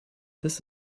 this